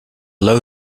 low